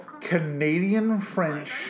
Canadian-French